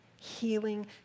Healing